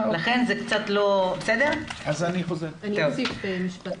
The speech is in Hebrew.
אני חוזר בי.